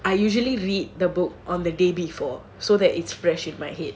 I usually read the book on the day before so that it's fresh in my head